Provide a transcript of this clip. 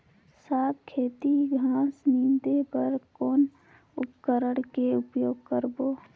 साग खेती के घास निंदे बर कौन उपकरण के उपयोग करबो?